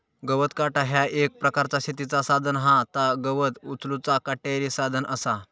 गवत काटा ह्या एक प्रकारचा शेतीचा साधन हा ता गवत उचलूचा काटेरी साधन असा